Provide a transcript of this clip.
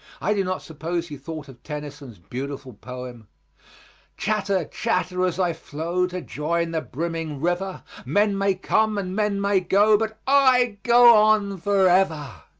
i do not suppose he thought of tennyson's beautiful poem chatter, chatter, as i flow, to join the brimming river, men may come, and men may go, but i go on forever.